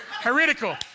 Heretical